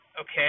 okay